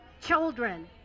children